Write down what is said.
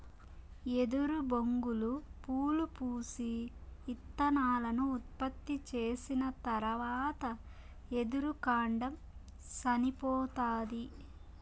ఎదురు బొంగులు పూలు పూసి, ఇత్తనాలను ఉత్పత్తి చేసిన తరవాత ఎదురు కాండం సనిపోతాది